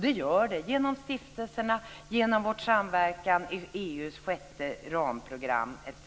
Det gör det, genom stiftelserna, vår samverkan i EU:s sjätte ramprogram etc.